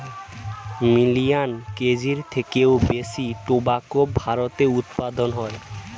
million কেজির থেকেও বেশি টোবাকো ভারতে উৎপাদন হয়